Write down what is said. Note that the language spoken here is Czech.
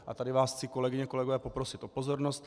A tady vás chci, kolegyně a kolegové, poprosit o pozornost.